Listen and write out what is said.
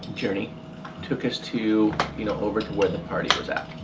journey took us to you know over to where the party was at.